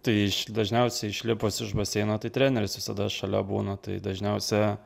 tai dažniausiai išlipus iš baseino tai treneris visada šalia būna tai dažniausia